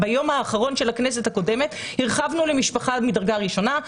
ביום האחרון של הכנסת הקודמת הרחבנו למשפחה מדרגה ראשונה.